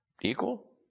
equal